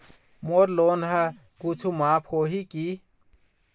मोर loan हा कुछू माफ होही की?